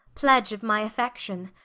pledge of my affection.